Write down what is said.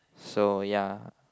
so ya